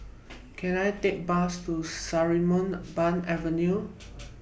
Can I Take A Bus to Sarimbun Avenue